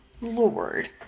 Lord